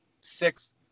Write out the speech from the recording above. six